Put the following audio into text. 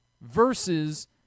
versus